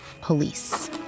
police